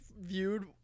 viewed